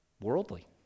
worldly